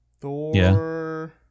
Thor